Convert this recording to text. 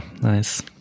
Nice